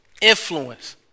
influence